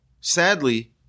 sadly